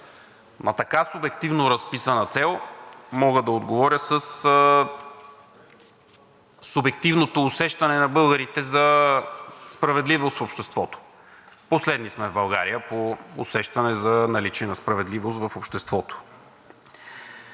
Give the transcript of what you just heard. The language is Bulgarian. На така субективно разписана цел мога да отговоря със субективното усещане на българите за справедливост в обществото. Последни сме в България по усещане за наличие на справедливост в обществото.